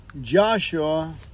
Joshua